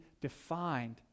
defined